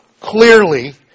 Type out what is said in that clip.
clearly